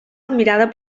admirada